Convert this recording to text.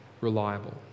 reliable